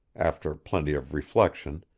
after plenty of reflection,